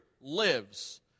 lives